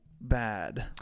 bad